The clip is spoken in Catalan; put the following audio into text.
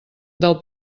del